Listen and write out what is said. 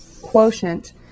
quotient